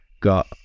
got